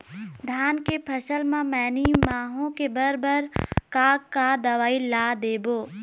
धान के फसल म मैनी माहो के बर बर का का दवई ला देबो?